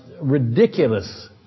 ridiculous